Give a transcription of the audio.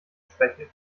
schwäche